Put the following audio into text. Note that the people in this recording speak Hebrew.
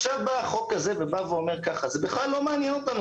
עכשיו בא החוק הזה ואומר: זה בכלל לא מעניין אותנו